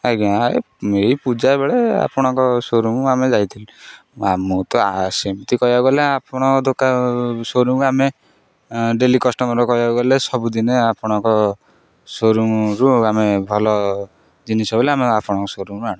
ଆଜ୍ଞା ଏଇ ପୂଜା ବେଳେ ଆପଣଙ୍କ ସୋରୁମ୍ ଆମେ ଯାଇଥିଲୁ ମୁଁ ତ ସେମିତି କହିବାକୁ ଗଲେ ଆପଣ ଦୋକାନ ସୋରୁମ୍ ଆମେ ଡେଲି କଷ୍ଟମର କହିବାକୁ ଗଲେ ସବୁଦିନେ ଆପଣଙ୍କ ସୋରୁମ୍ରୁ ଆମେ ଭଲ ଜିନିଷ ହେଲେ ଆମେ ଆପଣଙ୍କ ସୋରୁମ୍ରୁ ଆଣୁ